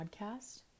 podcast